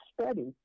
study